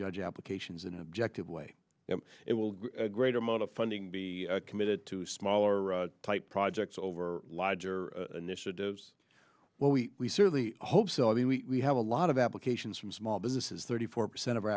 judge applications in an objective way it will greater amount of funding be committed to smaller type projects over larger initiatives well we certainly hope so i mean we have a lot of applications from small businesses thirty four percent of our